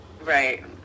Right